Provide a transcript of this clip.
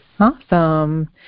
Awesome